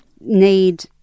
need